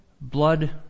blood